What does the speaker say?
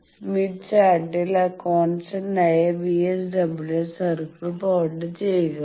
Smith ചാർട്ടിൽ കോൺസ്റ്റന്റായ VSWR circle plot ചെയ്യുക